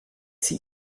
sie